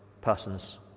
Persons